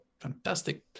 fantastic